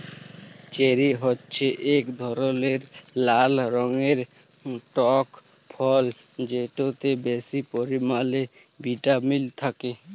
cherry হছে ইক ধরলের লাল রঙের টক ফল যেটতে বেশি পরিমালে ভিটামিল থ্যাকে